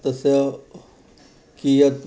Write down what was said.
तस्य कियत्